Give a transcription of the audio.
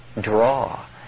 draw